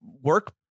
work